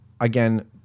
again